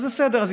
אז בסדר,